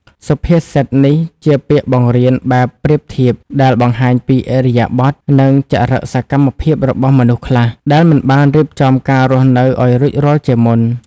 សុភាសិតនេះជាពាក្យបង្រៀនបែបប្រៀបធៀប ដែលបង្ហាញពីឥរិយាបថ និងចរិកសកម្មភាពរបស់មនុស្សខ្លះ ដែលមិនបានរៀបចំការរស់នៅឲ្យរួចរាល់ជាមុន។